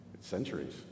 centuries